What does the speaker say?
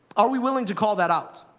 are we willing to call that out?